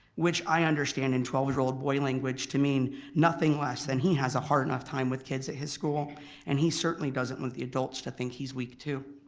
which i understand in twelve year old boy language to mean nothing less than he has a hard enough time with kids at his school and he certainly doesn't want the adults to he's weak too.